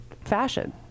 fashion